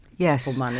Yes